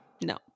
No